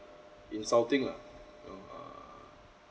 insulting lah you know err